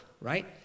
right